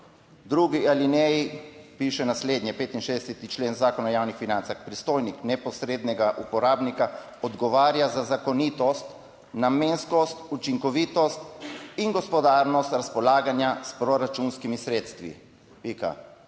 drugi alineji piše naslednje, 65. člen Zakona o javnih financah: Predstojnik neposrednega uporabnika odgovarja za zakonitost, namenskost, učinkovitost in gospodarnost razpolaganja s proračunskimi sredstvi, pika.